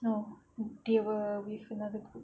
no they were with another group